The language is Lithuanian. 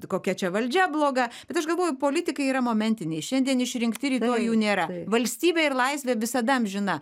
kokia čia valdžia bloga bet aš galvoju politikai yra momentiniai šiandien išrinkti rytoj jų nėra valstybė ir laisvė visada amžina